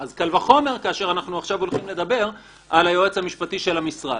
אז קל וחומר כאשר אנחנו הולכים לדבר עכשיו על היועץ המשפטי של המשרד.